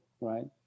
right